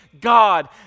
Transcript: God